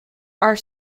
are